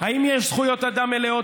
האם יש זכויות אדם מלאות?